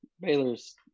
Baylor's